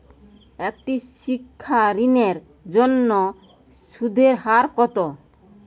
একটি শিক্ষা ঋণের জন্য সুদের হার কত?